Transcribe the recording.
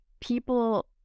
people